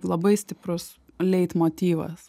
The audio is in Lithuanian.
labai stiprus leitmotyvas